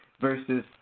versus